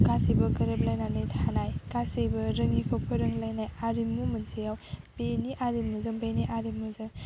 गासैबो गोरोबलायनानै थानाय गासैबो रोङिखौ फोरोंलायनाय आरिमु मोनसेयाव बेनि आरिमुजों बेनि आरिमुजों